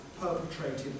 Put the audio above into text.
perpetrated